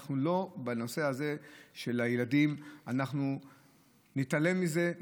אם בנושא הילדים אנחנו נתעלם מזה,